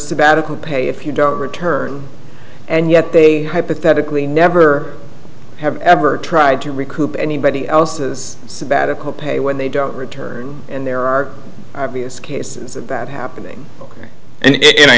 sabbatical pay if you don't return and yet they hypothetically never have ever tried to recoup anybody else's sabbatical pay when they don't return and there are obvious cases of that happening